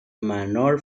manor